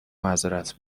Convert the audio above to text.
معذرت